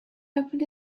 opened